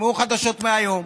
תשמעו חדשות מהיום.